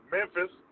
Memphis